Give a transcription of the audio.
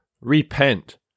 Repent